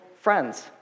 friends